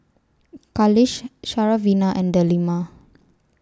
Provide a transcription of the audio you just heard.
Khalish Syarafina and Delima